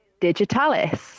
digitalis